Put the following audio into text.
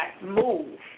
move